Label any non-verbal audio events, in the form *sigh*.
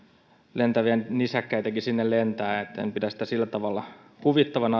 lentäviä nisäkkäitäkin sinne lentää en pidä sitä sillä tavalla huvittavana *unintelligible*